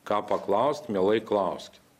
ką paklaust mielai klauskit